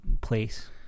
place